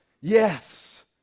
yes